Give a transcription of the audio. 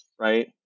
Right